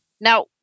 Now